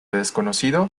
desconocido